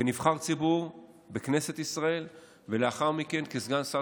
כנבחר ציבור בכנסת ישראל ולאחר מכן כסגן שר